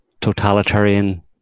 totalitarian